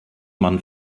man